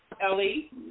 Ellie